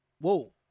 Whoa